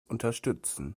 unterstützen